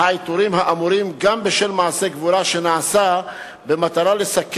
העיטורים האמורים גם בשל מעשה גבורה שנעשה במטרה לסכל